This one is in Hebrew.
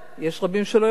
יש רבים שלא יודעים,